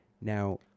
Now